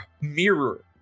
mirror